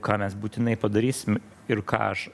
ką mes būtinai padarysim ir ką aš